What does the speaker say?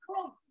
close